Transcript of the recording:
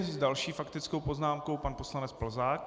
S další faktickou poznámkou pan poslanec Plzák.